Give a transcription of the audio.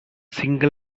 சிங்க